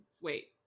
wait